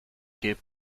geb